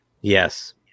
Yes